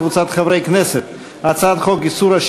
הקדמת פירוק החברה והעברת נכסיה לסיוע לניצולים),